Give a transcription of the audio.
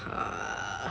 (uh huh)